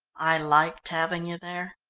i liked having you there.